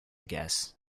guess